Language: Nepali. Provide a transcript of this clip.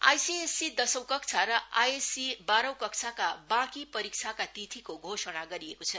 आईसीएसई आईसीएसई दशौं कक्षा र आईएससी बाह्रौ कक्षाका बाँकी परीक्षाका तिथिको घोषणा गरिएको छ